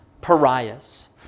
pariahs